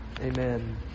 Amen